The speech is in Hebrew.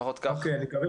אני אגיד